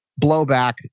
blowback